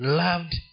loved